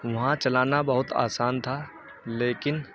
وہاں چلانا بہت آسان تھا لیکن